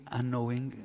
unknowing